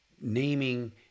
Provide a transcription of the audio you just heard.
naming